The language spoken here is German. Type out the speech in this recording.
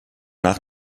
nach